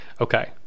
Okay